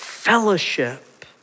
fellowship